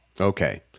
Okay